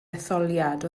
etholiad